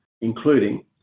including